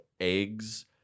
eggs